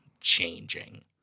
changing